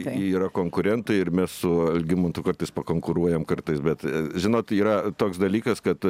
yra konkurentai ir mes su algimantu kartais pakonkuruojam kartais bet žinot yra toks dalykas kad